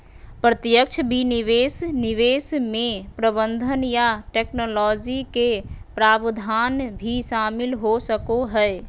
प्रत्यक्ष विदेशी निवेश मे प्रबंधन या टैक्नोलॉजी के प्रावधान भी शामिल हो सको हय